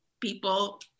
people